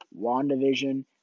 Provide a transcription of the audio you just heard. WandaVision